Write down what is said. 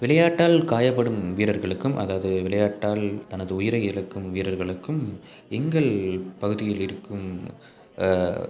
விளையாட்டால் காயப்படும் வீரர்களுக்கும் அதாவது விளையாட்டால் தனது உயிரை இழக்கும் வீரர்களுக்கும் எங்கள் பகுதியில் இருக்கும்